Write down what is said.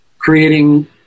creating